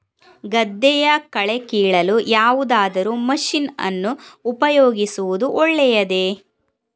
ಗದ್ದೆಯ ಕಳೆ ಕೀಳಲು ಯಾವುದಾದರೂ ಮಷೀನ್ ಅನ್ನು ಉಪಯೋಗಿಸುವುದು ಒಳ್ಳೆಯದೇ?